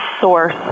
source